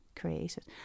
created